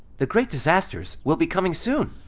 the great disasters will be coming soon